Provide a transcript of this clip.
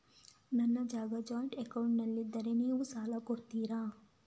ನನ್ನ ಜಾಗ ಜಾಯಿಂಟ್ ಅಕೌಂಟ್ನಲ್ಲಿದ್ದರೆ ನೀವು ಸಾಲ ಕೊಡ್ತೀರಾ?